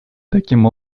таким